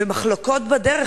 ומחלוקות בדרך?